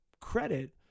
credit